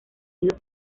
unidos